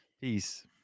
Peace